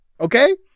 Okay